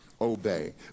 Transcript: obey